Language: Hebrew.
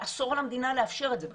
לאסור על המדינה לאפשר את זה בכלל.